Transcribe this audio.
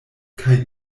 kaj